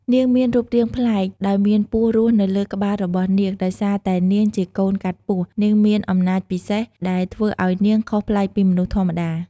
នាងមានរូបរាងប្លែក ដោយមានពស់រស់នៅលើក្បាលរបស់នាង ដោយសារតែនាងជាកូនកាត់ពស់ នាងមាន អំណាចពិសេស ដែលធ្វើឲ្យនាងខុសប្លែកពីមនុស្សធម្មតា។